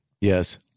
Yes